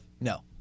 no